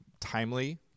timely